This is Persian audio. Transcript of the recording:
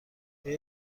آیا